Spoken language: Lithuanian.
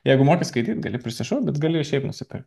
jeigu moki skaityti gali prisišaukti gali šiaip nusipirkt